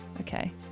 Okay